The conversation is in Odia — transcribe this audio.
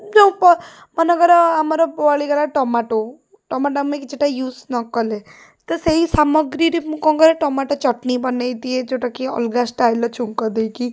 ଯେଉଁ ପ ମନେକର ଆମର ବଳିଗଲା ଟମାଟୋ ଟମାଟୋ ଆମେ କିଛିଟା ୟୁଜ୍ ନକଲେ ତ ସେଇ ସାମଗ୍ରୀରେ ମୁଁ କ'ଣ କରେ ଟମାଟୋ ଚଟନି ବନେଇଦିଏ ଯେଉଁଟାକି ଅଲଗା ଷ୍ଟାଇଲ୍ର ଛୁଙ୍କ ଦେଇକି